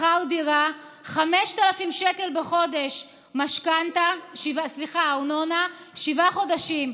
שכר דירה, 5,000 שקל בחודש ארנונה, שבעה חודשים,